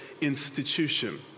institution